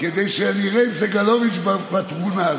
כדי שאני אראה אם סגלוביץ' בתמונה.